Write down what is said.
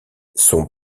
son